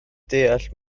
deall